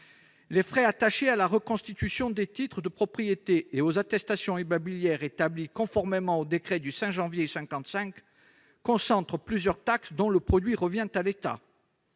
Les frais attachés à la reconstitution des titres de propriété et aux attestations immobilières établies conformément au décret du 5 janvier 1955 concentrent plusieurs taxes dont le produit revient à l'État.